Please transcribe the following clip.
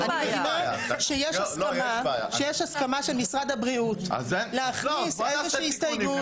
אני מבינה שיש הסכמה של משרד הבריאות להכניס איזושהי הסתייגות.